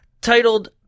Titled